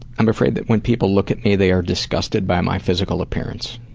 i'm afraid that when people look at me, they're disgusted by my physical appearance.